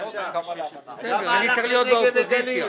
להגיד הממשלה החליטה, עם תשובה כזאת לא באים לכאן.